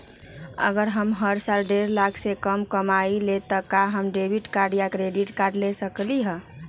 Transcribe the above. अगर हम हर साल डेढ़ लाख से कम कमावईले त का हम डेबिट कार्ड या क्रेडिट कार्ड ले सकली ह?